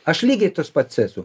aš lygiai toks pats esu